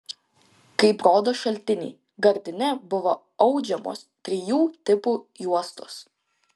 kaip rodo šaltiniai gardine buvo audžiamos trijų tipų juostos